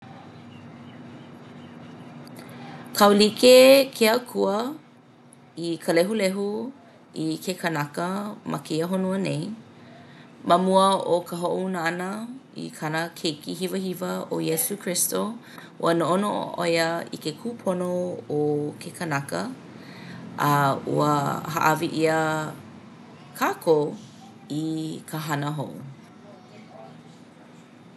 Kaulike ke Akua i ka lehulehu i ke kānaka ma kēia honua nei. Ma mua o ka hoʻouna ʻana i kāna keiki hiwahiwa o Iesū Kristo ua noʻonoʻo ʻo ia i ke kūpono o ke kānaka a ua hāʻawi ʻia kākou i ka hana hou.